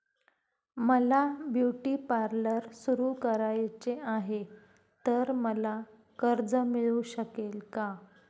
मला beauty parlour सुरू करायचे आहे तर मला कर्ज मिळू शकेल का?